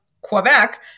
Quebec